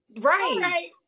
right